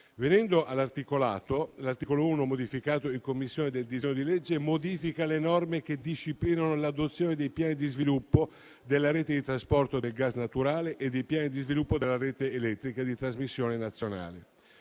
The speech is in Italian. Venendo all'articolato, l'articolo 1 del disegno di legge, modificato in Commissione, modifica le norme che disciplinano l'adozione dei piani di sviluppo della rete di trasporto del gas naturale e dei piani di sviluppo della rete elettrica di trasmissione nazionale.